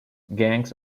gangs